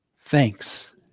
Thanks